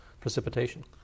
precipitation